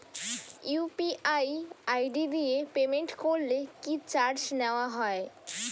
UPI ID দিয়ে payment করলে কি চার্জ নেয়া হয়?